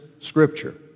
scripture